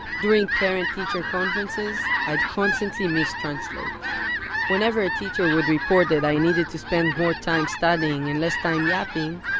during parent-teacher conferences i'd constantly mis-translate whenever a teacher would report that i needed to spend more time studying and less time yapping,